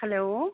hello